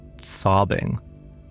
sobbing